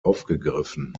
aufgegriffen